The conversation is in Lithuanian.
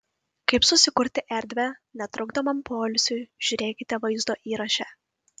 kaip susikurti erdvę netrukdomam poilsiui žiūrėkite vaizdo įraše